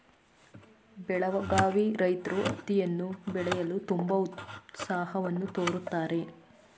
ಬೆಳಗಾವಿ ರೈತ್ರು ಹತ್ತಿಯನ್ನು ಬೆಳೆಯಲು ತುಂಬಾ ಉತ್ಸಾಹವನ್ನು ತೋರುತ್ತಾರೆ